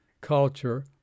culture